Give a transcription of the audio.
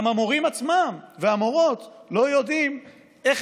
גם המורים והמורות עצמם לא יודעים איך